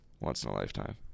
once-in-a-lifetime